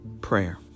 prayer